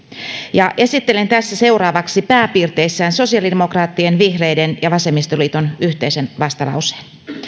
esittelen tässä seuraavaksi pääpiirteissään sosiaalidemokraattien vihreiden ja vasemmistoliiton yhteisen vastalauseen